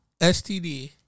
STD